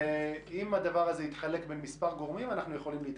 ואם הדבר הזה יתחלק בין מספר גורמים אנחנו יכולים להתקדם.